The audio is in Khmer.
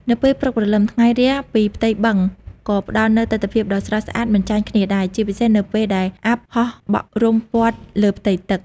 នៅពេលព្រឹកព្រលឹម ថ្ងៃរះពីផ្ទៃបឹងក៏ផ្ដល់នូវទិដ្ឋភាពដ៏ស្រស់ស្អាតមិនចាញ់គ្នាដែរ ជាពិសេសនៅពេលដែលអ័ព្ទហោះបក់រុំព័ទ្ធលើផ្ទៃទឹក។